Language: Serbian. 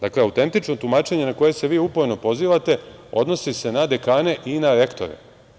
Dakle, autentično tumačenje na koje se vi uporno pozivate odnosi se na dekane i na rektore.